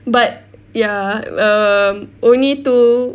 but ya err only two